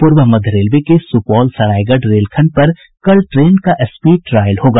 पूर्व मध्य रेलवे के सुपौल सरायगढ़ रेलखंड पर कल ट्रेन का स्पीड ट्रायल होगा